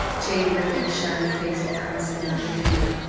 jane lifted a shining face to allison after the reading.